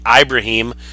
Ibrahim